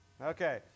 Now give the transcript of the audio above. okay